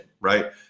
Right